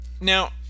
Now